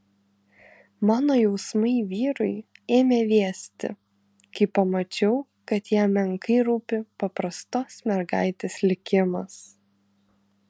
mano jausmai vyrui ėmė vėsti kai pamačiau kad jam menkai rūpi paprastos mergaitės likimas